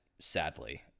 sadly